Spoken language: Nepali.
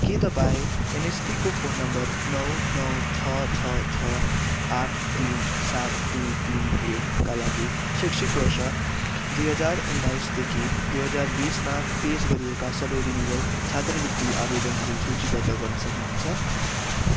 के तपाईँ एनएसपीको फोन नम्बर नौ नौ छ छ छ आठ तिन सात दुई तिन एक का लागि शैक्षिक वर्ष दुई हजार उनाइसदेखि दुई हजार बिसमा पेस गरिएका सबै रिनिवल छात्रवृत्ति आवेदनहरू सूचीबद्ध गर्न सक्नुहुन्छ